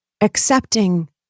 Accepting